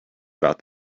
about